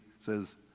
says